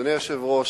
אדוני היושב-ראש,